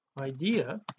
idea